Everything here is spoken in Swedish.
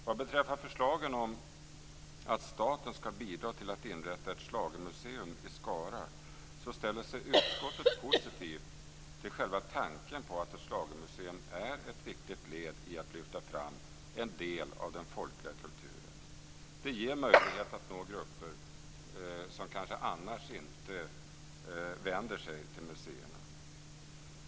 Vad beträffar förslagen om att staten skall bidra till att inrätta ett schlagermuseum i Skara ställer sig utskottet positivt till själva tanken att ett schlagermuseum är ett viktigt led i att lyfta fram en del av den folkliga kulturen. Det ger möjlighet att nå grupper som kanske annars inte vänder sig till museerna.